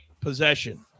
possession